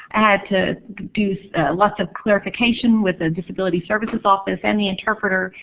to do so lots of clarification with the disability services office and the interpreter.